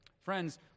Friends